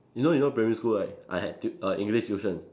you know you know primary school right I had tu~ err English tuition